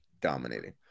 dominating